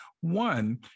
One